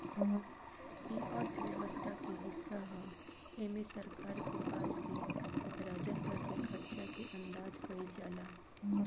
इ अर्थव्यवस्था के हिस्सा ह एमे सरकार के पास के राजस्व के खर्चा के अंदाज कईल जाला